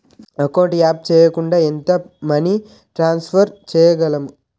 Account add చేయకుండా ఎంత money transfer చేయగలము?